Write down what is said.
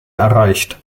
erreicht